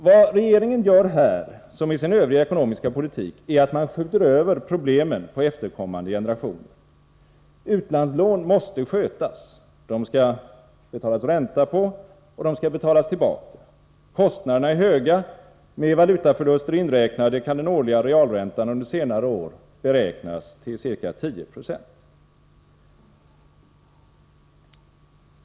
Vad regeringen gör här såväl som i sin övriga ekonomiska politik är att den skjuter över problemen till efterkommande generationer. Utlandslån måste skötas. Det skall betalas ränta på dem, och de skall betalas tillbaka. Kostnaderna är höga. Med valutaförluster inräknade kan den årliga realräntan under senare år beräknas till ca 10 96.